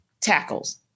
tackles